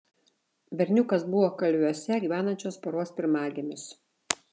berniukas buvo kalviuose gyvenančios poros pirmagimis